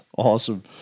Awesome